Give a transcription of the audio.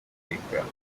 umutekano